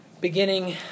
Beginning